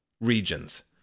regions